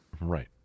Right